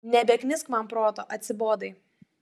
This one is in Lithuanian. nebeknisk man proto atsibodai